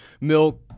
milk